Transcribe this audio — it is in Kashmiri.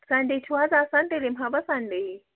سَنڈے چھُو حظ آسان تیٚلہِ یِمہا بہٕ سَنڈے یی